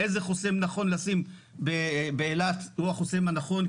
איזה חוסם נכון לשים באילת הוא החוסם הנכון,